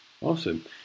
awesome